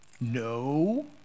No